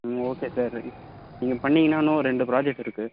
ம் okay sir நீங்கள் பண்ணிீங்கன்னான்னும் ஒரு ரெண்டு ப்ராஜெக்ட் இருக்குது